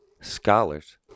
scholars